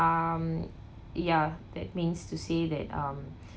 um ya that means to say that um